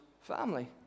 family